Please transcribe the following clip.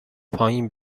پایین